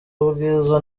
ubwiza